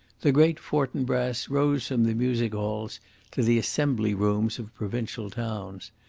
the great fortinbras rose from the music-halls to the assembly rooms of provincial towns.